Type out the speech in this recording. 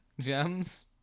gems